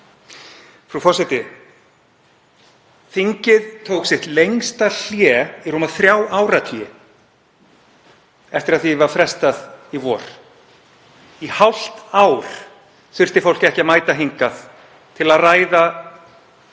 Frú forseti. Þingið tók sitt lengsta hlé í rúma þrjá áratugi eftir að því var frestað í vor. Í hálft ár þurfti fólk ekki að mæta hingað til að ræða þróun